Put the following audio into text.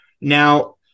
Now